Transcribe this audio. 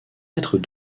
mettre